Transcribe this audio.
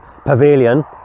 pavilion